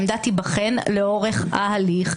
העמדה תיבחן לאורך ההליך,